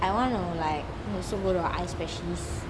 I want to like also go to a eye specialist